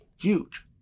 Huge